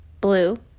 blue